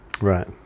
Right